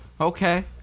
okay